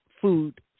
food